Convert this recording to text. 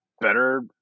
better